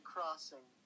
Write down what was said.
Crossing